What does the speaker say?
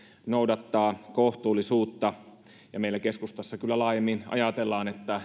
noudattaa kohtuullisuutta ja meillä keskustassa kyllä laajemmin ajatellaan että